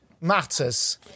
matters